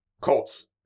Colts